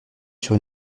sur